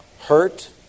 hurt